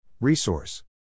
Resource